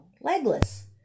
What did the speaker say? legless